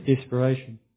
desperation